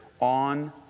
on